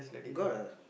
got a